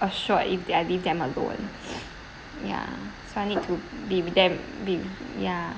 assured if they're leave them alone ya so I need to be with them be ya